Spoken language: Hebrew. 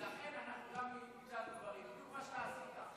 ולכן גם אנחנו נמצא דברים, כמו שאתה עשית.